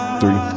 three